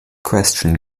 question